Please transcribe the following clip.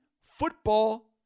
football